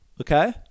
okay